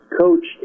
coach